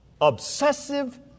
obsessive